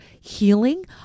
healing